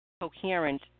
coherent